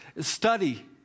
Study